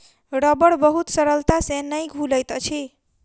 रबड़ बहुत सरलता से नै घुलैत अछि